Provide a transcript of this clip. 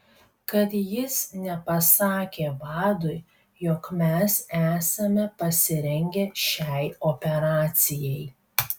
kad jis nepasakė vadui jog mes esame pasirengę šiai operacijai